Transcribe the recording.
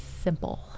simple